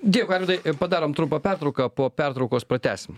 dėkui arvydai padarom trumpą pertrauką po pertraukos pratęsim